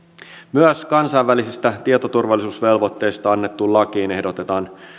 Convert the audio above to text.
myös kansainvälisistä tietoturvallisuusvelvoitteista annettuun lakiin ehdotetaan